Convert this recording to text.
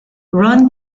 ron